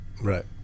Right